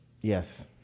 Yes